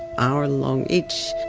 hour-long each.